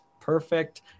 perfect